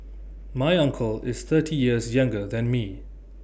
my uncle is thirty years younger than me